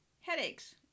Headaches